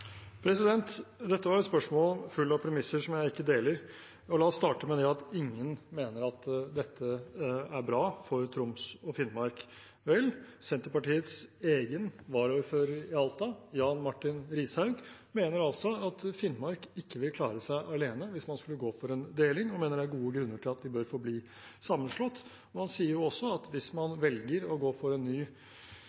Dette var et spørsmål fullt av premisser jeg ikke deler. La oss starte med det at ingen mener at dette er bra for Troms og Finnmark. Vel, Senterpartiets egen varaordfører i Alta, Jan Martin Rishaug, mener altså at Finnmark ikke vil klare seg alene hvis man skulle gå for en deling, og mener det er gode grunner til at de bør forbli sammenslått. Han sier også at hvis man